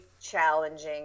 challenging